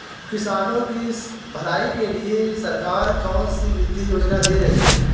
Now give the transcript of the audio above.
किसानों की भलाई के लिए सरकार कौनसी वित्तीय योजना दे रही है?